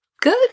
good